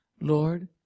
Lord